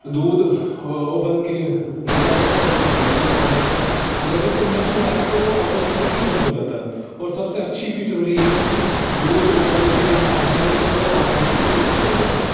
دودھ ابل کے گر جاتا تھا اور وہ گیس پہ پڑ جاتا تھا مگر جب سے انڈکشن لایا ہے تو وہ آٹومیٹکلی بند ہو جاتا ہے اور سب سے اچھی فیچر مجھے یہی لگی کہ دودھ ابالنے کے ٹائم وہاں رہنا نہیں پڑتا وہ آٹومیٹکلی بند ہو جاتا ہے